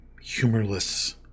humorless